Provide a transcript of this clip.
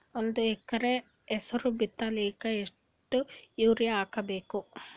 ಒಂದ್ ಎಕರ ಹೆಸರು ಬಿತ್ತಲಿಕ ಎಷ್ಟು ಯೂರಿಯ ಹಾಕಬೇಕು?